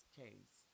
case